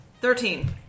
Thirteen